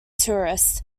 tourists